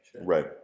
Right